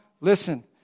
Listen